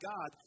God